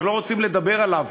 כי לא רוצים לדבר עליו,